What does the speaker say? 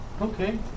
okay